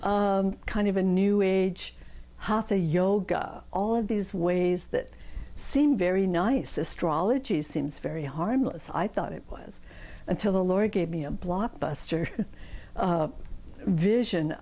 kind of a new age hatha yoga all of these ways that seem very nice astrology seems very harmless i thought it was until the lord gave me a blockbuster vision